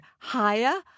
higher